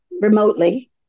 remotely